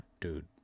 Dude